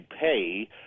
pay